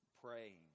Praying